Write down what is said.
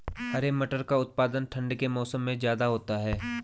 हरे मटर का उत्पादन ठंड के मौसम में ज्यादा होता है